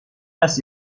است